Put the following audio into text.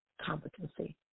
competency